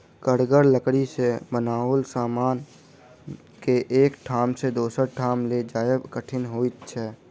कड़गर लकड़ी सॅ बनाओल समान के एक ठाम सॅ दोसर ठाम ल जायब कठिन होइत छै